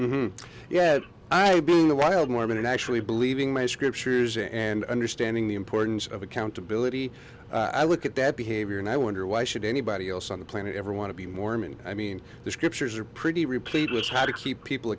and yet i being the wild mormon and actually believing my scriptures and understanding the importance of accountability i look at that behavior and i wonder why should anybody else on the planet ever want to be mormon i mean the scriptures are pretty replete with how to keep people